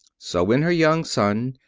so when her young son,